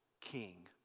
king